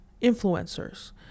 influencers